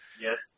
yes